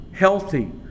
Healthy